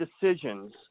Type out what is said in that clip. decisions